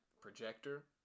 projector